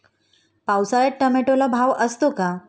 पावसाळ्यात टोमॅटोला भाव असतो का?